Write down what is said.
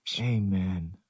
Amen